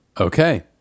Okay